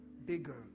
bigger